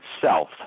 Self